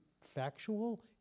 factual